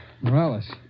Morales